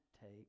take